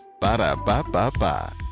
Ba-da-ba-ba-ba